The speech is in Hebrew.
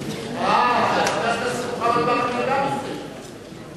אה, חבר הכנסת מוחמד ברכה גם מסתייג.